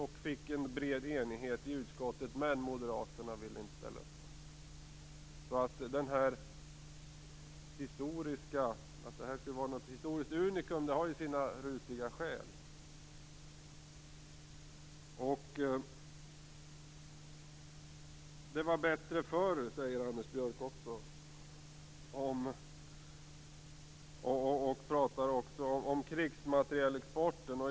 Då fick vi en bred enighet i utskottet, men Moderaterna ville inte ställa upp. Att det här skulle vara ett historiskt unikum har alltså sina rutiga skäl. Det var bättre förr säger Anders Björck också. Han pratar om krigsmaterielexporten.